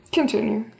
continue